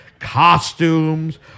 costumes